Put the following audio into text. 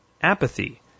apathy